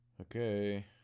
Okay